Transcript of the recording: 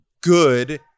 good